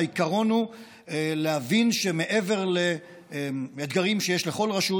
העיקרון הוא להבין שמעבר לאתגרים שיש לכל רשות,